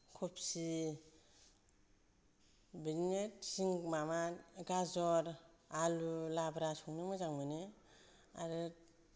खफि बेदिनो माबा गाजर आलु लाब्रा संनो मोजां मोनो आरो